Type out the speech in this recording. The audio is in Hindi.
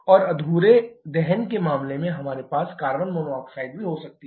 और अधूरे दहन के मामले में हमारे पास कार्बन मोनोऑक्साइड भी हो सकती है